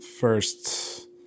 first